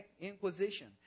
Inquisition